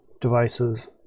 devices